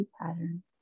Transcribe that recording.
pattern